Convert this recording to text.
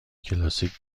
کلاسیک